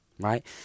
right